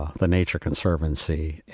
the nature conservancy,